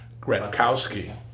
Gretkowski